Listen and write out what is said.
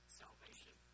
salvation